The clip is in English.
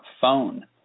phone